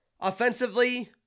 offensively